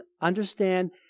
Understand